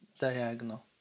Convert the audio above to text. diagonal